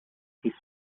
his